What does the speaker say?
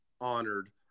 honored